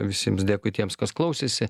visiems dėkui tiems kas klausėsi